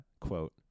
quote